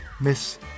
miss